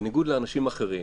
בניגוד לאנשים אחרים,